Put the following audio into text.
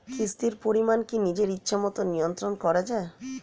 কিস্তির পরিমাণ কি নিজের ইচ্ছামত নিয়ন্ত্রণ করা যায়?